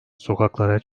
sokaklara